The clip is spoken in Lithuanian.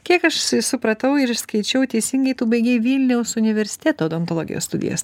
kiek aš supratau ir išskaičiau teisingai tu baigei vilniaus universiteto odontologijos studijas